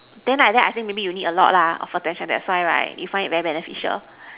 then like that I think maybe you need a lot lah of attention that's why right they find it very beneficial